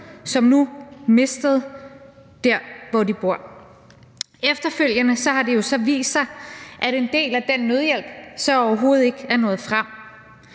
som nu har mistet det sted, hvor de boede. Efterfølgende har det jo så vist sig, at en del af den nødhjælp så overhovedet ikke er nået frem,